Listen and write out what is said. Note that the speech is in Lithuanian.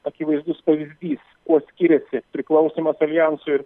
akivaizdus pavyzdys kuo skiriasi priklausymas aljansui